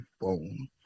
phone